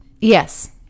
Yes